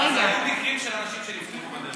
היו מקרים של אנשים שנפטרו בדרך.